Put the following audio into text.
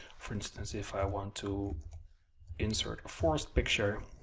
for instance, if i want to insert forest picture,